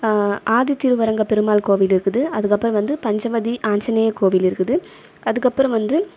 ஆதித்திருவரங்க பெருமாள் கோவில் இருக்குது அதுக்கப்புறம் வந்து பஞ்சவதி ஆஞ்சநேய கோவில் இருக்குது அதுக்கப்புறம் வந்து